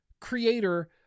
creator